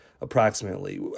approximately